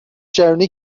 چرونی